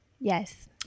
Yes